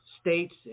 states